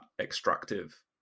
extractive